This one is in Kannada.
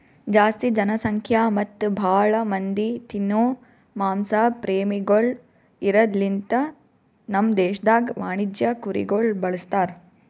ಜಾಸ್ತಿ ಜನಸಂಖ್ಯಾ ಮತ್ತ್ ಭಾಳ ಮಂದಿ ತಿನೋ ಮಾಂಸ ಪ್ರೇಮಿಗೊಳ್ ಇರದ್ ಲಿಂತ ನಮ್ ದೇಶದಾಗ್ ವಾಣಿಜ್ಯ ಕುರಿಗೊಳ್ ಬಳಸ್ತಾರ್